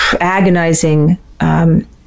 agonizing